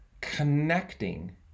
Connecting